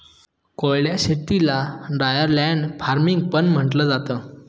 कोरड्या शेतीला dryer land farming पण म्हंटलं जातं